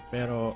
Pero